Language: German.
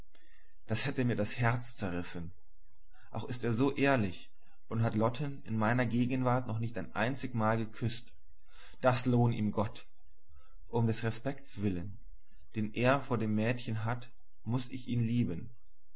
das hätte mir das herz zerrissen auch ist er so ehrlich und hat lotten in meiner gegenwart noch nicht ein einzigmal geküßt das lohn ihm gott um des respekts willen den er vor dem mädchen hat muß ich ihn lieben